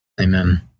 Amen